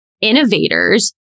innovators